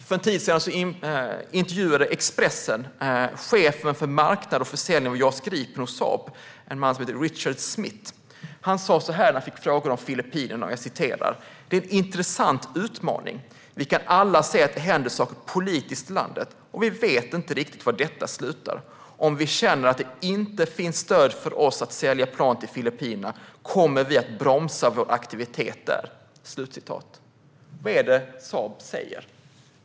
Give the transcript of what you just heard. För en tid sedan intervjuade Expressen chefen för marknad och försäljning av JAS Gripen hos Saab, en man som heter Richard Smith. När han fick frågor om Filippinerna sa han: "Det är en intressant utmaning. Vi kan alla se att det händer saker politiskt i landet, och vi vet inte riktigt var detta slutar. Om vi känner att det inte finns stöd för oss att sälja plan till Filippinerna kommer vi att bromsa vår aktivitet där." Vad är det Saab säger?